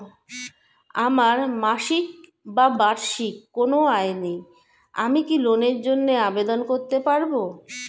আমার মাসিক বা বার্ষিক কোন আয় নেই আমি কি লোনের জন্য আবেদন করতে পারব?